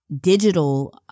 digital